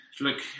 Look